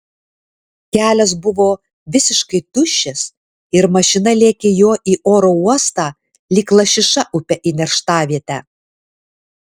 kelias buvo visiškai tuščias ir mašina lėkė juo į oro uostą lyg lašiša upe į nerštavietę